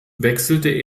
wechselte